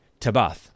Tabath